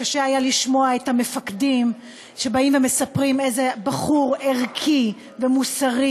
קשה היה לשמוע את המפקדים שבאים ומספרים איזה בחור ערכי ומוסרי.